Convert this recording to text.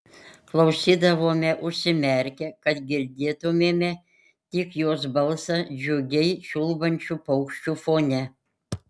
klausydavome užsimerkę kad girdėtumėme tik jos balsą džiugiai čiulbančių paukščių fone